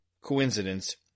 coincidence